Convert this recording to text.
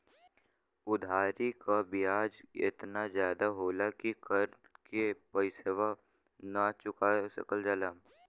उधारी क बियाज एतना जादा होला कि कर के पइसवो ना चुका सकल जाला